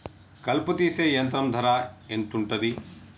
కలుపు తీసే యంత్రం ధర ఎంతుటది?